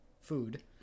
food